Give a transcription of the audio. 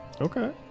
Okay